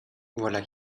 voilà